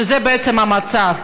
שזה בעצם המצב,